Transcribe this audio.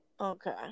Okay